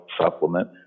supplement